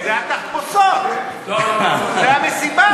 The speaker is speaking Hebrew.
זה התחפושות, זה המסיבה.